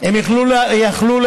הם יכלו להגיש.